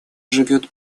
живет